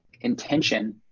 intention